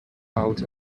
out